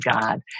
God